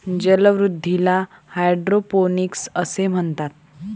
जलवृद्धीला हायड्रोपोनिक्स असे म्हणतात